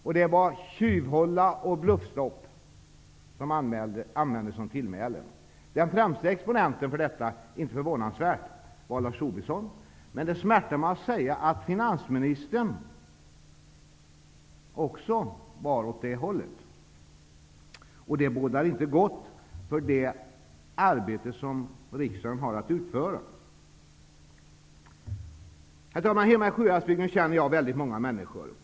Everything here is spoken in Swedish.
Det är bara tjuvhålla och bluffstopp som användes som tillmäle. Den främsta exponenten för detta var, inte förvånansvärt, Lars Tobisson. Men det smärtar mig att säga att finansministern också var åt det hållet. Det bådar inte gott för det arbete som riksdagen har att utföra. Fru talman! Hemma i Sjuhäradsbygden känner jag väldigt många människor.